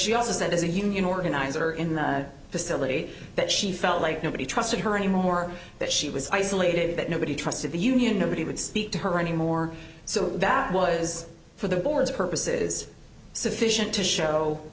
she also said as a union organizer in the facility that she felt like nobody trusted her anymore that she was isolated that nobody trusted the union nobody would speak to her anymore so that was for the board's purposes sufficient to show